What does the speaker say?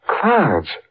Clouds